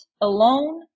alone